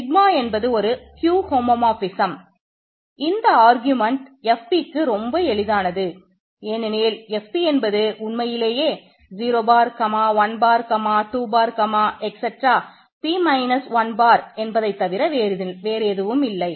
sigma என்பதைத் தவிர வேறில்லை